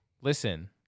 Listen